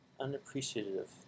unappreciative